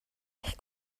eich